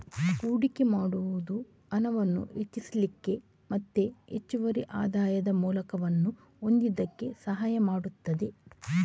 ಹೂಡಿಕೆ ಮಾಡುದು ಹಣವನ್ನ ಹೆಚ್ಚಿಸ್ಲಿಕ್ಕೆ ಮತ್ತೆ ಹೆಚ್ಚುವರಿ ಆದಾಯದ ಮೂಲವನ್ನ ಹೊಂದುದಕ್ಕೆ ಸಹಾಯ ಮಾಡ್ತದೆ